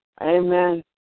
Amen